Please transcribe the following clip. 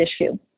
issue